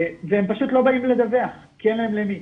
והם פשוט לא באים לדווח כי אין להם למי,